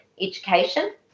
education